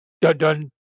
Dun-dun